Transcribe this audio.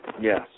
Yes